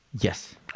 Yes